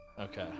Okay